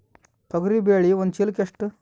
ತೊಗರಿ ಬೇಳೆ ಒಂದು ಚೀಲಕ ಎಷ್ಟು?